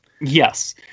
Yes